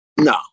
no